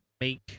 make